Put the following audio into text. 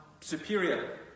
superior